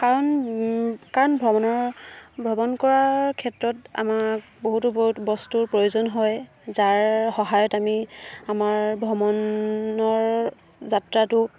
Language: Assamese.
কাৰণ ভ্ৰমণ কৰাৰ ক্ষেত্ৰত আমাক বহুতো বস্তুৰ প্ৰয়োজন হয় যাৰ সহায়ত আমি আমাৰ যাত্ৰাটো